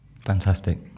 Fantastic